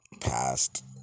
past